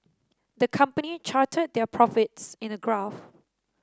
the company charted their profits in the graph